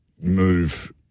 move